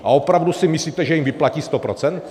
A opravdu si myslíte, že jim vyplatí 100 procent?